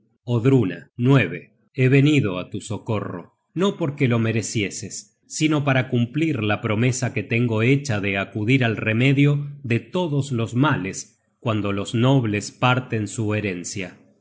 peligro odruna he venido á tu socorro no porque lo merecieses sino para cumplir la promesa que tengo hecha de acudir al remedio de todos los males cuando los nobles parten su herencia